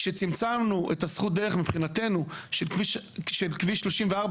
כשצמצמנו את הזכות דרך מבחינתנו של כביש 34,